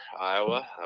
Iowa